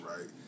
right